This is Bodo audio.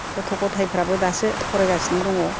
गथ' गथायफ्राबो दासो फरायगासिनो दङ